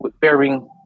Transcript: bearing